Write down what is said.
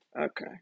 Okay